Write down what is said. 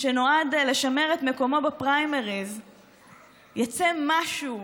שנועד לשמר את מקומו בפריימריז יצא משהו